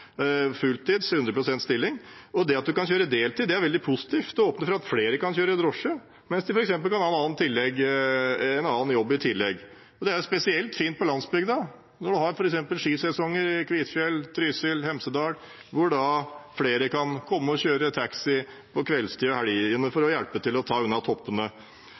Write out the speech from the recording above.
100 pst. stilling. Det at en kan kjøre på deltid, er veldig positivt. Det åpner for at flere kan kjøre drosje, mens de f.eks. kan ha en annen jobb i tillegg. Det er spesielt fint på landsbygda, f.eks. i Kvitfjell, Trysil og Hemsedal, hvor en har skisesonger, og hvor flere kan komme og kjøre taxi på kveldstid og i helgene for å hjelpe til og ta unna toppene.